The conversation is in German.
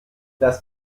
das